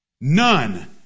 None